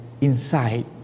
inside